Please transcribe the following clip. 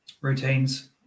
routines